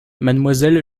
mademoiselle